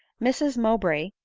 mrs mow bray,